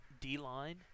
D-line